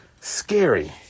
Scary